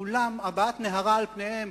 כולם, הבעת נהרה על פניהם